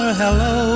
hello